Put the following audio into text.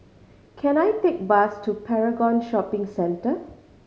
can I take bus to Paragon Shopping Centre